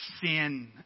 sin